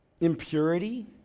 impurity